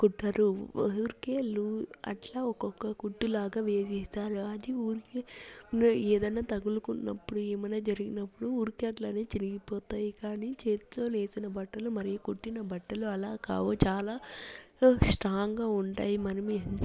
కుట్టరు ఊరికే లూ అట్లా ఒకొక్క కుట్టు లాగా వేసేస్తారు అది ఊరికే ఏదన్న తగులుకున్నప్పుడు ఏమన్నా జరిగినప్పుడు ఊరికే అట్లనే చిరిగిపోతాయి కాని చేత్తో నేసిన బట్టలు మరియు కుట్టిన బట్టలు అలా కావు చాలా స్ట్రాంగ్గా ఉంటాయి మనం ఏ